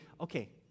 okay